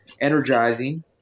energizing